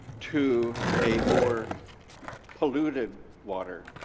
to a more polluted water,